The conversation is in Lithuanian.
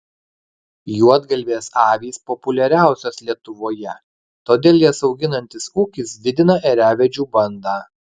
juodgalvės avys populiariausios lietuvoje todėl jas auginantis ūkis didina ėriavedžių bandą